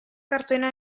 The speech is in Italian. cartone